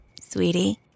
Sweetie